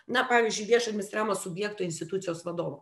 na pavyzdžiui viešo administravimo subjekto institucijos vadovo